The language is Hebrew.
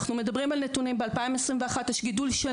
אנחנו מדברים על נתונים ב-2021 יש גידול של